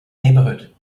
neighbourhood